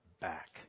back